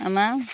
আমাৰ